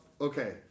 okay